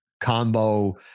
combo